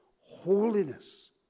holiness